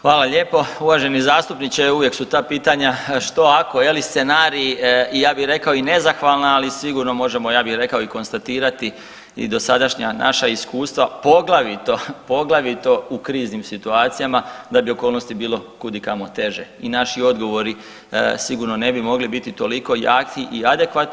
Hvala lijepo uvaženi zastupniče, uvijek su ta pitanja što, ako je li scenarij, ja bih rekao i nezahvalna ali sigurno možemo ja bih rekao i konstatirati i dosadašnja naša iskustva poglavito, poglavito u kriznim situacijama da bi okolnosti bilo kud i kamo teže i naši odgovori sigurno ne bi mogli biti toliko jaki i adekvatni.